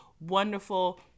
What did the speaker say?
wonderful